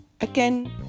again